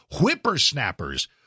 whippersnappers